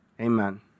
Amen